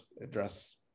address